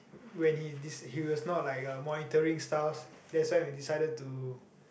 when he de~ he was not like uh monitoring stuff that's when we decided to